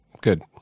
good